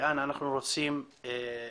לאן אנחנו רוצים להגיע.